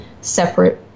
separate